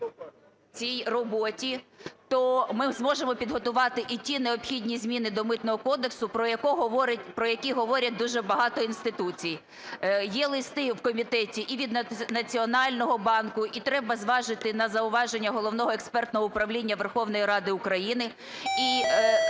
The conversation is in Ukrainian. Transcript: цій роботі, то ми зможемо підготувати і ті необхідні зміни до Митного кодексу, про які говорять дуже багато інституцій. Є листи в комітеті і від Національного банку, і треба зважити на зауваження Головного експертного управління Верховної Ради України,